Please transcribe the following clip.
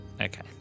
okay